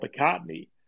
McCartney